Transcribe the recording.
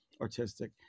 artistic